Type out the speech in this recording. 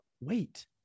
wait